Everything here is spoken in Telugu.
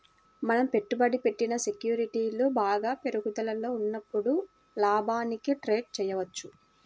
మనం పెట్టుబడి పెట్టిన సెక్యూరిటీలు బాగా పెరుగుదలలో ఉన్నప్పుడు లాభానికి ట్రేడ్ చేయవచ్చు